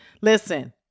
Listen